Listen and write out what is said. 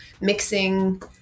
mixing